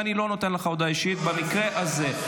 ואני לא נותן לך הודעה אישית במקרה הזה.